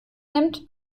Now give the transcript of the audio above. nimmt